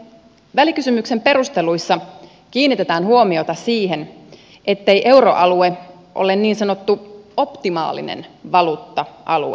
välikysymyksen perusteluissa kiinnitetään huomiota siihen ettei euroalue ole niin sanottu optimaalinen valuutta alue